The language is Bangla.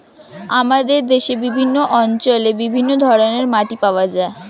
আমাদের দেশের বিভিন্ন অঞ্চলে বিভিন্ন ধরনের মাটি পাওয়া যায়